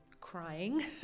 crying